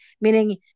Meaning